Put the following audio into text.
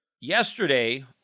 Yesterday